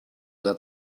let